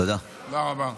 תודה רבה.